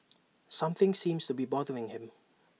something seems to be bothering him